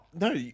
no